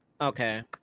Okay